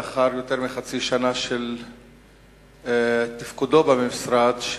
לאחר יותר מחצי שנה של תפקודו במשרד,